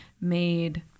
made